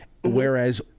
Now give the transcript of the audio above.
Whereas